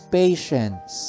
patience